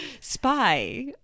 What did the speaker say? spy